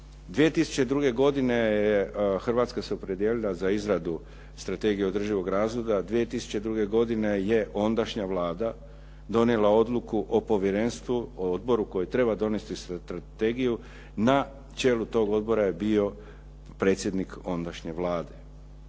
2002. godine Hrvatska se opredijelila za izradu strategije održivog razvoja, 2002. godine je ondašnja Vlada donijela odluku o povjerenstvu, o odboru koji treba donijeti strategiju, na čelu tog odbora je bio predsjednik ondašnje Vlade.